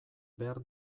behar